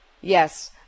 yes